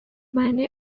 many